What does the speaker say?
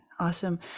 Awesome